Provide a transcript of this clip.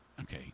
okay